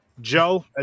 Joe